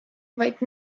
vaid